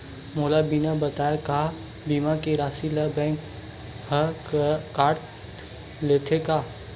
मोला बिना बताय का बीमा के राशि ला बैंक हा कत लेते का?